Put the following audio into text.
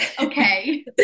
Okay